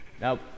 Now